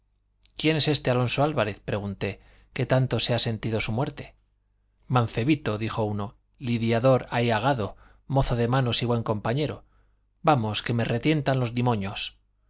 quién es este alonso álvarez pregunté que tanto se ha sentido su muerte mancebito dijo el uno lidiador ahigadado mozo de manos y buen compañero vamos que me retientan los dimoños